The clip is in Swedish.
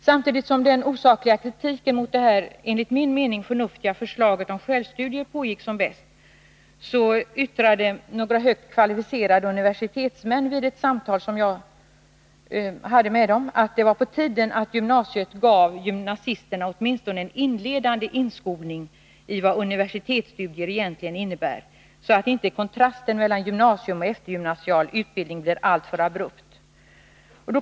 Samtidigt som den osakliga kritiken mot detta enligt min mening förnuftiga förslag om självstudier pågick som bäst yttrade några högt kvalificerade universitetsmän vid ett samtal som jag hade med dem att det var på tiden att gymnasiet gav gymnasisterna åtminstone en inledande inskolning i vad universitetsstudier egentligen innebär, så att inte övergången mellan gymnasium och eftergymnasial utbildning blir alltför abrupt.